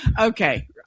Okay